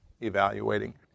evaluating